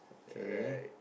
kay